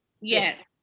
Yes